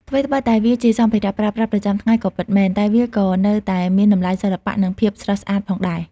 ថ្វីត្បិតតែវាជាសម្ភារៈប្រើប្រាស់ប្រចាំថ្ងៃក៏ពិតមែន តែវាក៏នៅតែមានតម្លៃសិល្បៈនិងភាពស្រស់ស្អាតផងដែរ។